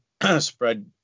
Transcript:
spread